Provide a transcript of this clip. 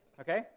Okay